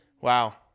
wow